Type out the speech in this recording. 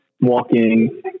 walking